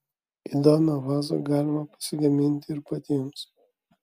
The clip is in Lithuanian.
įdomią vazą galima pasigaminti ir patiems